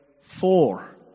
four